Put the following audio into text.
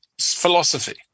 philosophy